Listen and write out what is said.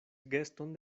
geston